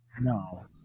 No